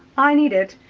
i need it,